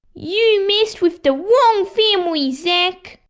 you messed with the wrong family, zac!